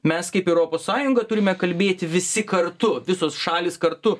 mes kaip europos sąjunga turime kalbėti visi kartu visos šalys kartu